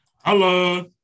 Hello